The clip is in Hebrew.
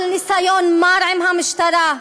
על ניסיון מר עם המשטרה,